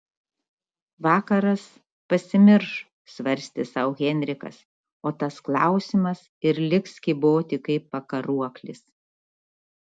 vakaras pasimirš svarstė sau henrikas o tas klausimas ir liks kyboti kaip pakaruoklis